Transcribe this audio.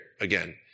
again